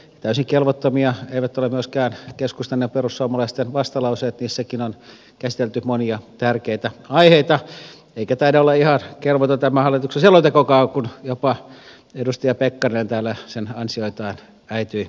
täysin kelvottomia eivät ole myöskään keskustan ja perussuomalaisten vastalauseet niissäkin on käsitelty monia tärkeitä aiheita eikä taida olla ihan kelvoton tämä hallituksen selontekokaan kun jopa edustaja pekkarinen täällä sen ansioita äityi kehumaan